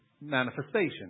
manifestation